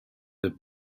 the